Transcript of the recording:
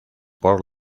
por